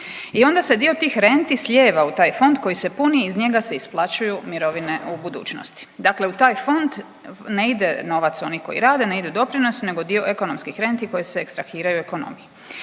I onda se dio tih renti slijeva u taj fond koji se puni i iz njega se isplaćuju mirovine u budućnosti. Dakle, u taj fond ne ide novac onih koji rade, ne idu doprinosi, nego dio ekonomskih renti koje se ekstrahiraju u ekonomiji.